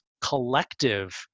collective